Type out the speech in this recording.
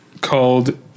called